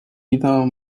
either